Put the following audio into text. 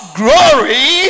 glory